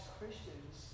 Christians